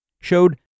showed